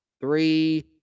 Three